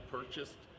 purchased